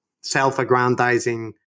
self-aggrandizing